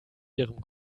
ihrem